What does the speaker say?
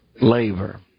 labor